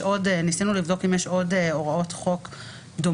ניסינו לבדוק אם יש עוד הוראות חוק דומות,